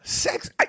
sex